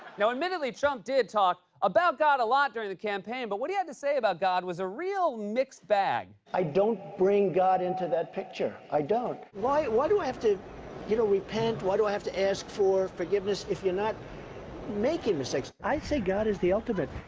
now, admittedly, trump did talk about god a lot during the campaign, but what he had to say about god was a real mixed bag. i don't bring god into that picture. i don't. why why do i have to you know repent, why do i have to ask for forgiveness, if you're not making mistakes? i say god is the ultimate.